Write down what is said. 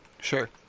Sure